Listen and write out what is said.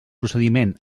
procediment